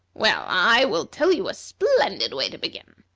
well, i will tell you a splendid way to begin.